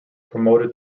promoted